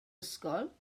ysgol